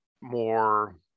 more